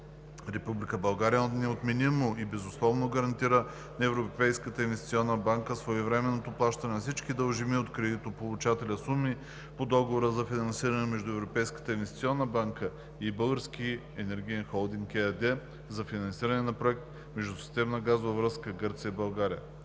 България) неотменимо и безусловно гарантира на Европейската инвестиционна банка своевременното плащане на всички дължими от Кредитополучателя суми по Договора за финансиране между Европейската инвестиционна банка и „Български енергиен холдинг“ ЕАД за финансиране на проект „Междусистемна